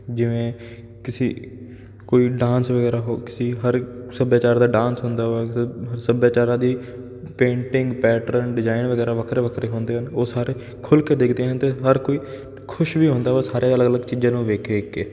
ਜਿਵੇਂ ਕਿਸੀ ਕੋਈ ਡਾਂਸ ਵਗੈਰਾ ਹੋ ਕਿਸੀ ਹਰ ਸੱਭਿਆਚਾਰ ਦਾ ਡਾਂਸ ਹੁੰਦਾ ਵਾ ਕਿਸੇ ਸੱਭਿਆਚਾਰਾਂ ਦੀ ਪੇਂਟਿੰਗ ਪੈਟਰਨ ਡਿਜ਼ਾਇਨ ਵਗੈਰਾ ਵੱਖਰੇ ਵੱਖਰੇ ਹੁੰਦੇ ਹਨ ਉਹ ਸਾਰੇ ਖੁੱਲ੍ਹ ਕੇ ਦੇਖਦੇ ਨੇ ਅਤੇ ਹਰ ਕੋਈ ਖੁਸ਼ ਵੀ ਹੁੰਦਾ ਵਾ ਸਾਰੇ ਅਲੱਗ ਅਲੱਗ ਚੀਜ਼ਾਂ ਨੂੰ ਵੇਖ ਵੇਖ ਕੇ